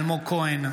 אלמוג כהן,